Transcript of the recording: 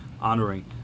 honoring